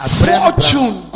Fortune